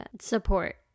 support